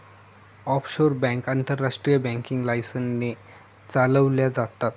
offshore bank आंतरराष्ट्रीय banking license ने चालवल्या जातात